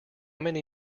many